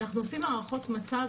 אנחנו עושים הערכות מצב